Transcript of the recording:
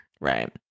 Right